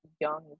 young